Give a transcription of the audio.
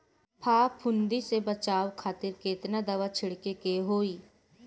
फाफूंदी से बचाव खातिर केतना दावा छीड़के के होई?